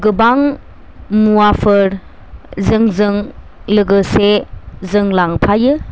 गोबां मुवाफोर जोंजों लोगोसे जों लांफायो